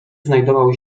znajdował